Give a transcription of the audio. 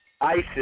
ISIS